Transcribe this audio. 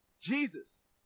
Jesus